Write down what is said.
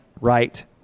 right